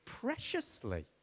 preciously